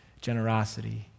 generosity